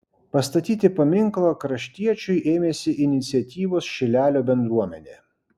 pastatyti paminklą kraštiečiui ėmėsi iniciatyvos šilelio bendruomenė